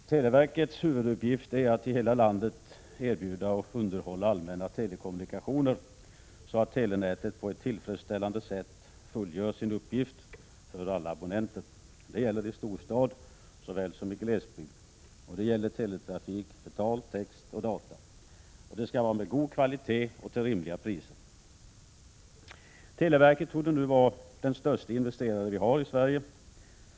Herr talman! Televerkets huvuduppgift är att i hela landet erbjuda och underhålla allmänna telekommunikationer så att telenätet fungerar på ett tillfredsställande sätt för alla abonnenter, i storstad såväl som i glesbygd. Det gäller teletrafik för tal, text och data. Telekommunikationerna skall vara av god kvalitet och erbjudas till rimliga priser. Televerket torde nu vara den störste investerare vi har i Sverige.